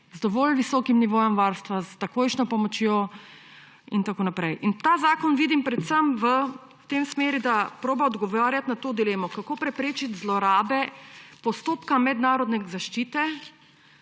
z dovolj visokim nivojem varstva, s takojšnjo pomočjo in tako naprej. Ta zakon vidim predvsem v tej smeri, da poskuša odgovarjati na to dilemo, kako preprečiti zlorabe postopka mednarodne zaščite,